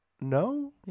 No